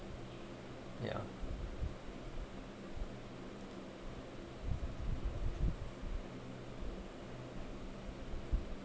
ya